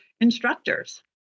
instructors